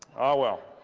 oh, well.